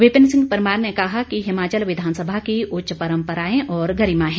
विपिन सिंह परमार ने कहा कि हिमाचल विधानसभा की उच्च परम्पराएं और गरिमा है